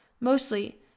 Mostly